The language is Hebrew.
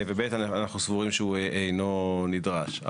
ושנית, אנחנו סבורים שהוא אינו נדרש.